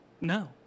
No